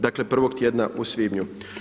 Dakle, prvog tjedna u svibnju.